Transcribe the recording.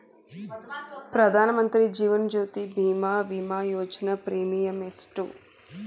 ಪ್ರಧಾನ ಮಂತ್ರಿ ಜೇವನ ಜ್ಯೋತಿ ಭೇಮಾ, ವಿಮಾ ಯೋಜನೆ ಪ್ರೇಮಿಯಂ ಎಷ್ಟ್ರಿ?